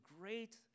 great